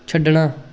ਛੱਡਣਾ